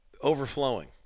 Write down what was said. overflowing